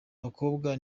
abakobwa